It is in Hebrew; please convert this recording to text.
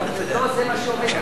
אבל לא זה מה שעומד,